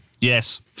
Yes